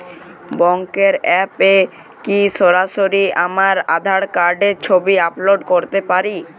ব্যাংকের অ্যাপ এ কি সরাসরি আমার আঁধার কার্ডের ছবি আপলোড করতে পারি?